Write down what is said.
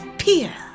peer